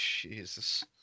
Jesus